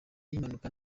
y’impanuka